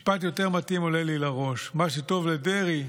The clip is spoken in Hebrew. משפט יותר מתאים עולה לי לראש: מה שטוב לדרעי,